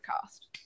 cast